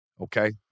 Okay